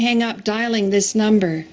hang up dialing this number